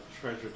treasure